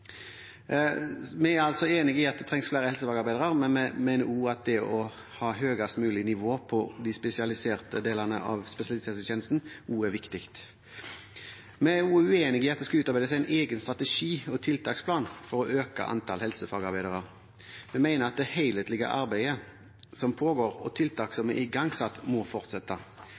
Vi er altså enig i at det trengs flere helsefagarbeidere, men vi mener også at det å ha høyest mulig nivå på de spesialiserte delene av spesialisthelsetjenesten er viktig. Vi er uenige i at det skal utvikles en egen strategi og tiltaksplan for å øke antall helsefagarbeidere. Vi mener at det helhetlige arbeidet som pågår, og tiltakene som er igangsatt, må fortsette.